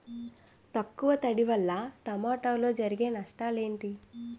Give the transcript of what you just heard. తక్కువ తడి వల్ల టమోటాలో జరిగే నష్టాలేంటి?